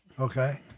Okay